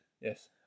Yes